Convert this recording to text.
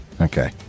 Okay